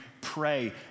pray